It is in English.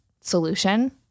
solution